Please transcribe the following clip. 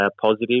positive